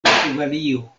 portugalio